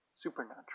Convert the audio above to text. supernatural